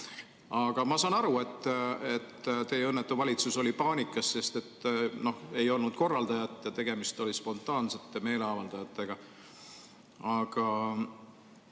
Ma saan aru, et teie õnnetu valitsus oli paanikas, sest ei olnud korraldajat ja tegemist oli spontaansete meeleavaldajatega. Aga